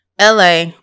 LA